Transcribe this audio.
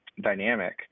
dynamic